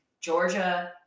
Georgia